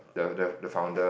the the the founder